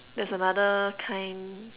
there's another kind